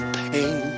pain